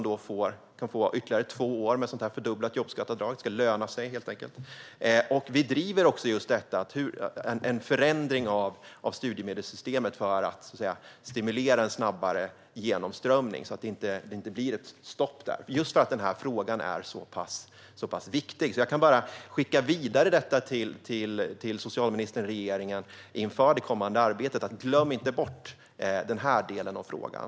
Då får man ytterligare två år med fördubblat jobbskatteavdrag. Det ska helt enkelt löna sig. Vi vill också se en förändring av studiemedelssystemet för att stimulera snabbare genomströmning, just för att det inte ska bli ett stopp där. Den här frågan är så pass viktig. Jag kan bara skicka vidare till socialministern och regeringen inför det kommande arbetet att man inte ska glömma bort den här delen av frågan.